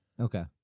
Okay